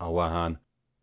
auerhahn